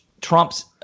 Trump's